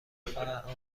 فقط